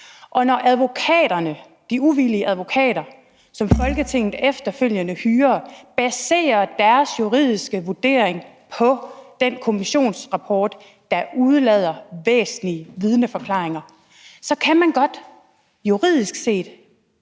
Og når de uvildige advokater, som Folketinget efterfølgende hyrer, baserer deres juridiske vurdering på den kommissionsrapport, der udelader væsentlige vidneforklaringer, kan man godt juridisk set